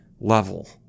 level